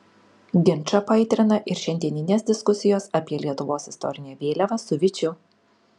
ginčą paaitrina ir šiandieninės diskusijos apie lietuvos istorinę vėliavą su vyčiu